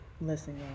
Listen